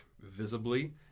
visibly